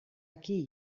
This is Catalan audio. aquí